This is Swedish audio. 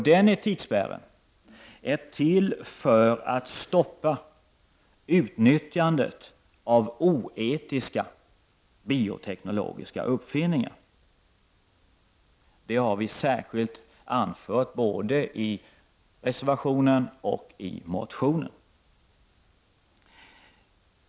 Denna etikspärr är till för att hindra utnyttjandet av oetiska bioteknologiska uppfinningar. Detta har vi särskilt anfört både i reservationen och i motionen.